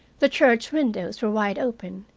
the church windows were wide open,